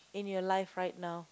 in your life right now